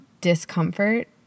discomfort